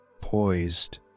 poised